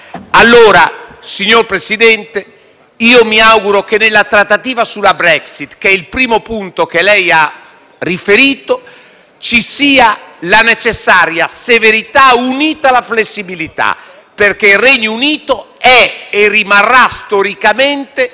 Unito. Signor Presidente, io mi auguro che nella trattativa sulla Brexit, che è il primo punto che lei ha riferito, ci sia la necessaria severità, unita alla flessibilità, perché il Regno Unito è e rimarrà storicamente uno